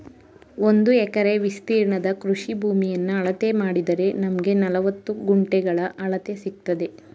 ಒಂದು ಎಕರೆ ವಿಸ್ತೀರ್ಣದ ಕೃಷಿ ಭೂಮಿಯನ್ನ ಅಳತೆ ಮಾಡಿದರೆ ನಮ್ಗೆ ನಲವತ್ತು ಗುಂಟೆಗಳ ಅಳತೆ ಸಿಕ್ತದೆ